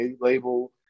label